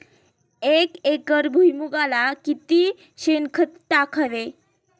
एक एकर भुईमुगाला किती शेणखत टाकावे?